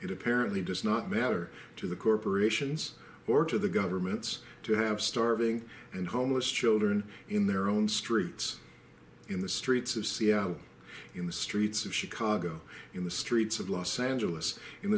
it apparently does not matter to the corporations or to the governments to have starving and homeless children in their own streets in the streets of seattle in the streets of chicago in the streets of los angeles in